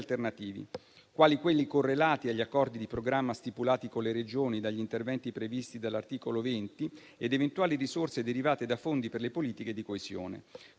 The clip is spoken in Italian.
alternativi quali quelli correlati agli accordi di programma stipulati con le Regioni dagli interventi previsti dall'articolo 20 ed eventuali risorse derivate da fondi per le politiche di coesione.